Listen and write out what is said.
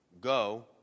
Go